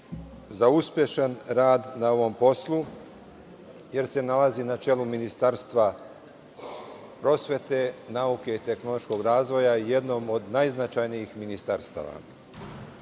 za uspešan rad na ovom poslu, jer se nalazi na čelu Ministarstva prosvete, nauke i tehnološkog razvoja, jednom od najznačajnijih ministarstava. Ne